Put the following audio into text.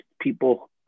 people